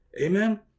Amen